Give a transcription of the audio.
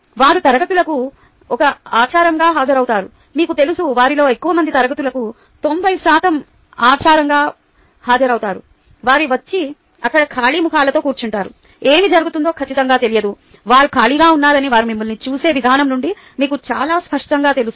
వారు తరగతులకు ఒక ఆచారంగా హాజరవుతారు మీకు తెలుసు వారిలో ఎక్కువ మంది తరగతులకు 90 శాతం ఆచారంగా హాజరవుతారు వారు వచ్చి అక్కడ ఖాళీ ముఖాలతో కూర్చుంటారు ఏమి జరుగుతుందో ఖచ్చితంగా తెలియదు వారు ఖాళీగా ఉన్నారని వారు మిమ్మల్ని చూసే విధానం నుండి మీకు చాలా స్పష్టంగా తెలుసు